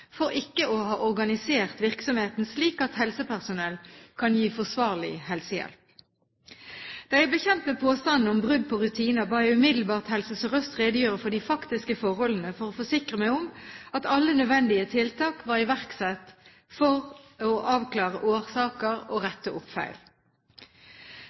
for ikke å ha organisert virksomheten slik at helsepersonell kan gi forsvarlig helsehjelp. Da jeg ble kjent med påstandene om brudd på rutiner, ba jeg umiddelbart Helse Sør-Øst redegjøre for de faktiske forholdene for å forsikre meg om at alle nødvendige tiltak var iverksatt for å avklare årsaker og